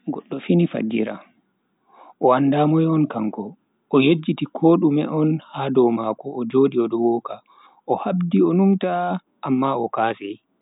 Goddo fini fajjira, o anda moi on kanko, o yejjiti kodume ha dow mako o jodi odo woka. O habdi o numta amma o kaasi.